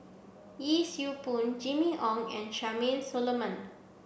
Yee Siew Pun Jimmy Ong and Charmaine Solomon